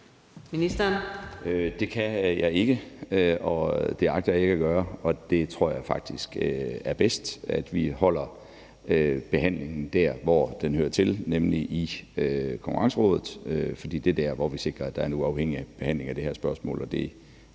Det kan jeg ikke; det agter jeg ikke at gøre. Og jeg tror faktisk, det er bedst, at vi holder behandlingen der, hvor den hører til, nemlig i Konkurrencerådet, for det er der, hvor vi sikrer, at der er en uafhængig behandling af det her spørgsmål, og det